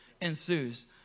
ensues